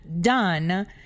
done